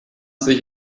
sich